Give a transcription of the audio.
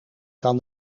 kan